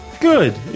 good